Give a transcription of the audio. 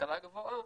השכלה גבוהה,